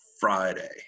Friday